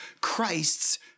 Christ's